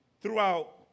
throughout